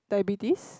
diabetes